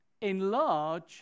enlarge